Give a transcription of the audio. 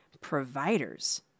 providers